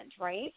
right